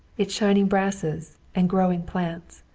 its shining brasses and growing plants,